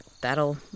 that'll